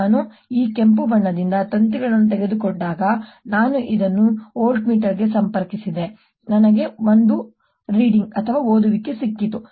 ನಾನು ಈ ಕೆಂಪು ಭಾಗದಿಂದ ತಂತಿಗಳನ್ನು ತೆಗೆದುಕೊಂಡಾಗ ನಾನು ಇದನ್ನು ವೋಲ್ಟ್ಮೀಟರ್ಗೆ ಸಂಪರ್ಕಿಸಿದೆ ನನಗೆ ಒಂದು ಓದುವಿಕೆ ಸಿಕ್ಕಿತು